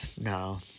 No